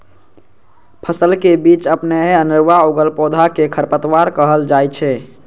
फसलक बीच अपनहि अनेरुआ उगल पौधा कें खरपतवार कहल जाइ छै